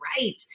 right